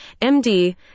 MD